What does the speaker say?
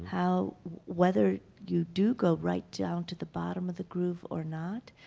how whether you do go right down to the bottom of the groove or not,